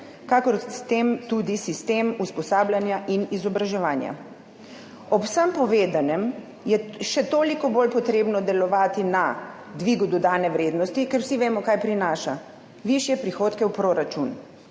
kakor s tem tudi sistem usposabljanja in izobraževanja. Ob vsem povedanem je še toliko bolj potrebno delovati na dvigu dodane vrednosti, ker vsi vemo kaj prinaša: višje prihodke v proračun.